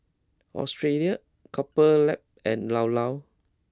Australia Couple Lab and Llao Llao